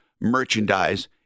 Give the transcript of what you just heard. merchandise